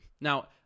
now